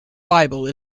bible